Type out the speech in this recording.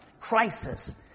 Crisis